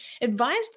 advised